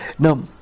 Now